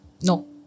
No